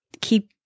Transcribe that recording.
keep